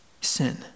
sin